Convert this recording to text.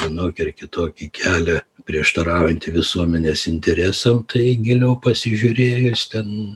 vienokį ar kitokį kelią prieštaraujantį visuomenės interesam tai giliau pasižiūrėjus ten